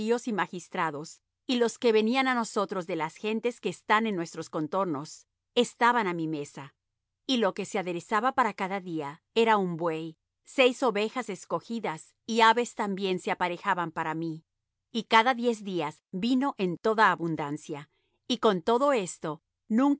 y magistrados y los que venían á nosotros de las gentes que están en nuestros contornos estaban á mi mesa y lo que se aderezaba para cada día era un buey seis ovejas escogidas y aves también se aparejaban para mí y cada diez días vino en toda abundancia y con todo esto